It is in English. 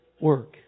work